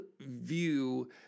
view